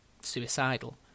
suicidal